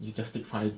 you just take five